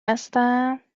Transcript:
هستم